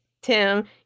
Tim